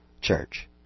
church